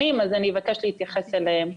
אבקש להתייחס אליהם.